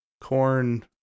corn